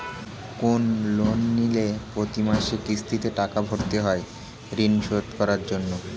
কোন লোন নিলে প্রতি মাসে কিস্তিতে টাকা ভরতে হয় ঋণ শোধ করার জন্য